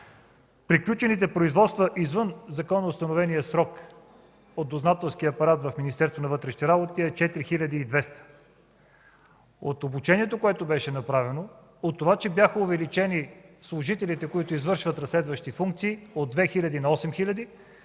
приключените производства извън законоустановения срок от дознателския апарат в Министерството на вътрешните работи е 4200. От обучението, което беше направено, от това, че бяха увеличени служителите, които извършват разследващи функции от 2000 на 8000,